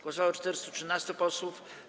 Głosowało 413 posłów.